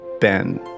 Ben